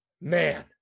man